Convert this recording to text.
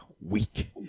weak